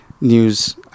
news